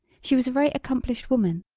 she was a very accomplished woman,